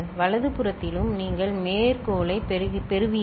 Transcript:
வலது புறத்திலும் நீங்கள் மேற்கோளைப் பெறுவீர்கள்